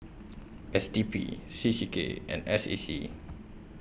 S D P C C K and S A C